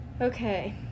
Okay